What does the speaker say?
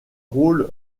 rôle